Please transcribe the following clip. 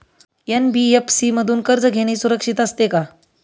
NBFC मधून कर्ज घेणे सुरक्षित असते का?